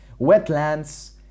wetlands